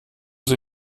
sie